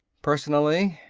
personally,